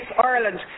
Ireland